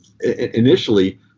Initially